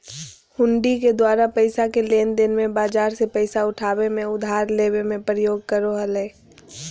हुंडी के द्वारा पैसा के लेनदेन मे, बाजार से पैसा उठाबे मे, उधार लेबे मे प्रयोग करो हलय